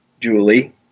Julie